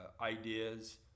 ideas